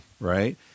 right